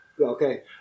Okay